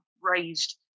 raised